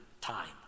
time